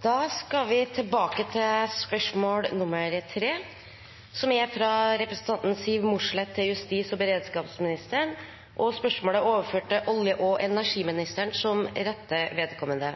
Da går vi tilbake til spørsmål nr. 3. Dette spørsmålet, fra representanten Siv Mossleth til justis- og beredskapsministeren, er overført til olje- og energiministeren som rette vedkommende.